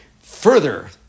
further